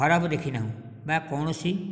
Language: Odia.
ଖରାପ ଦେଖିନାହୁଁ ବା କୌଣସି